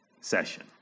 session